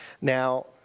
Now